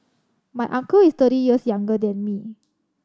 my uncle is thirty years younger than me